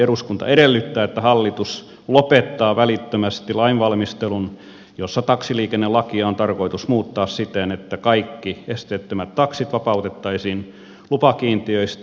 eduskunta edellyttää että hallitus lopettaa välittömästi lainvalmistelun jossa taksiliikennelakia on tarkoitus muuttaa siten että kaikki esteettömät taksit vapautettaisiin lupakiintiöistä